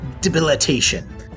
debilitation